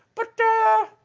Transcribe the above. but,